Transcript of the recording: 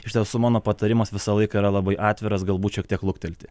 iš tiesų mano patarimas visą laiką yra labai atviras galbūt šiek tiek luktelti